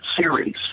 series